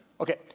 Okay